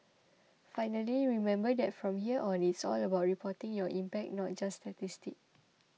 finally remember that from here on it's all about reporting your impact not just statistics